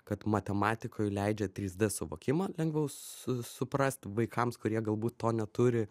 kad matematikoj leidžia trys d suvokimą lengviau su suprast vaikams kurie galbūt to neturi